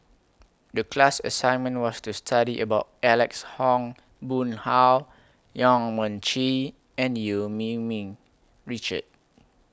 The class assignment was to study about Alex Ong Boon Hau Yong Mun Chee and EU Yee Ming Richard